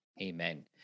Amen